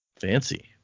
Fancy